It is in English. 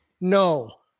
No